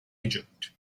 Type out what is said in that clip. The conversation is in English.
egypt